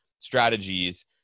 strategies